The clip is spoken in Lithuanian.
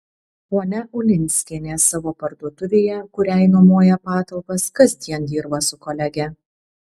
ponia ulinskienė savo parduotuvėje kuriai nuomoja patalpas kasdien dirba su kolege